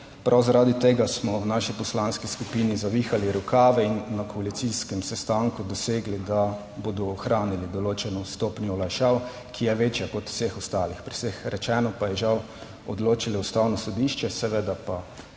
Prav zaradi tega smo v naši poslanski skupini zavihali rokave in na koalicijskem sestanku dosegli, da bodo ohranili določeno stopnjo olajšav, ki je večja kot od vseh ostalih. Pri vseh rečeno pa je žal odločilo Ustavno sodišče.